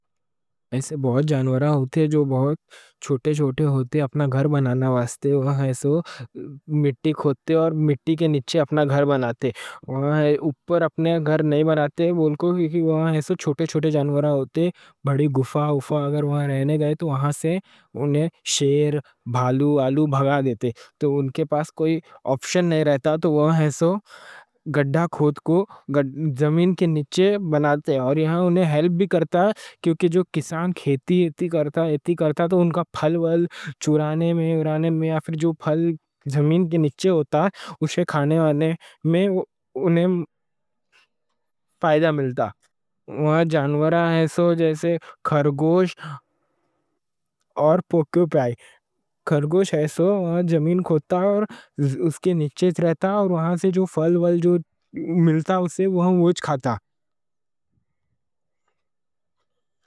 ایسو بہوت جانورہ ہوتے، جو بہوت چھوٹے چھوٹے ہوتے، اپنا گھر بنانا واسطے وہاں ایسو مٹی کھودتے اور مٹی کے نیچے اپنا گھر بناتے۔ اوپر اپنے گھر نہیں بناتے، وہاں ایسو چھوٹے چھوٹے جانورہ ہوتے۔ بڑی گُفّا اگر وہاں رہنے گئے، تو وہاں سے انہیں شیر، بھالو، الو بھگا دیتے۔ تو ان کے پاس کوئی آپشن نہیں رہتا، تو وہاں ایسو گڑھا کھود کے زمین کے نیچے بناتے، اور یہاں انہیں ہیلپ بھی کرتا کیونکہ جو کسان کھیتی ایتی کرتا، ایتی کرتا، تو ان کا پھل وال چرانے میں، اڑانے میں، یا پھر جو پھل زمین کے نیچے ہوتا اسے کھانے والے میں انہیں فائدہ ملتا۔ وہاں جانورہ ایسو جیسے کھرگوش اور پوکیو پی۔ کھرگوش ایسو وہاں زمین کھودتا اور اس کے نیچے رہتا، اور وہاں سے جو پھل وال ملتا اسے وہاں موج کھاتا۔